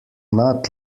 not